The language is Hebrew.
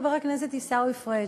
חבר הכנסת עיסאווי פריג'.